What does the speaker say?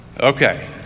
Okay